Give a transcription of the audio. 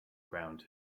ground